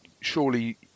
surely